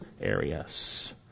areas